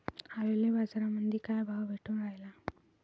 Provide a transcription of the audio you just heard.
आलूले बाजारामंदी काय भाव भेटून रायला?